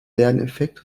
lerneffekt